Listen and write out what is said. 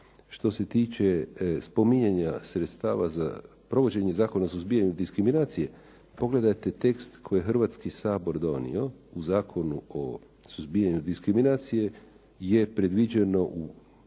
Što se tiče spominjanja sredstava za provođenje Zakona o suzbijanju diskriminacije, pogledajte tekst koji je Hrvatski sabor donio u Zakonu o suzbijanju diskriminacije je predviđeno u